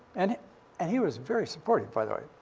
and he and he was very supportive, by the way.